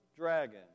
dragon